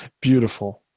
beautiful